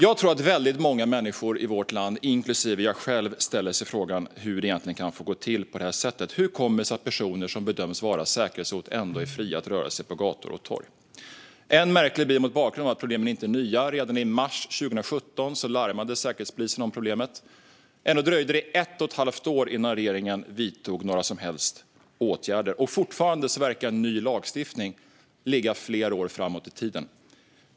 Jag tror att väldigt många människor i vårt land, inklusive jag själv, ställer sig frågan hur det egentligen kan få gå till på det här sättet. Hur kommer det sig att personer som bedöms vara säkerhetshot ändå är fria att röra sig på gator och torg? Än märkligare blir det mot bakgrund av att problemen inte är nya. Redan i mars 2017 larmade Säkerhetspolisen om problemet. Ändå dröjde det ett och ett halvt år innan regeringen vidtog några som helst åtgärder, och fortfarande verkar en ny lagstiftning ligga flera år framåt i tiden.